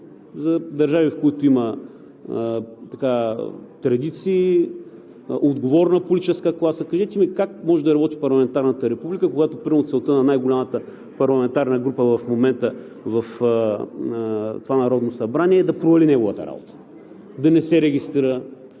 за държави, в които има традиции, отговорна политическа класа. Кажете ми: как може да работи парламентарната република, когато примерно целта на най-голямата опозиционна парламентарна група в момента в това Народно събрание е да провали неговата работа – да не се регистрира,